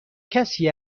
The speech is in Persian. کسی